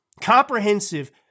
comprehensive